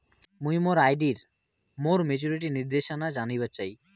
মুই মোর আর.ডি এর মোর মেচুরিটির নির্দেশনা জানিবার চাই